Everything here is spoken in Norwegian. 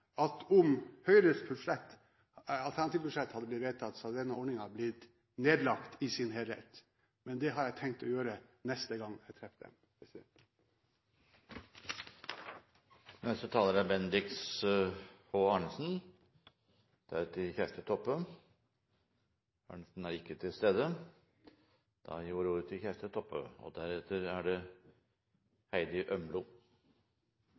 at om Høyres alternative budsjett hadde blitt vedtatt, hadde denne ordningen blitt nedlagt i sin helhet, men det har jeg tenkt å gjøre neste gang jeg treffer dem. Neste taler er representanten Bendiks H. Arnesen. Arnesen er ikke til stede, og da gir jeg ordet til representanten Kjersti Toppe. Helse- og omsorgstenester er